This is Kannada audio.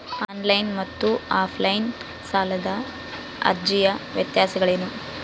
ಆನ್ ಲೈನ್ ಮತ್ತು ಆಫ್ ಲೈನ್ ಸಾಲದ ಅರ್ಜಿಯ ವ್ಯತ್ಯಾಸಗಳೇನು?